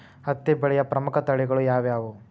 ಹತ್ತಿ ಬೆಳೆಯ ಪ್ರಮುಖ ತಳಿಗಳು ಯಾವ್ಯಾವು?